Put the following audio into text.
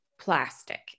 plastic